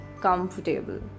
comfortable